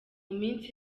minsi